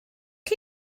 chi